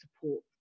support